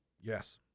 Yes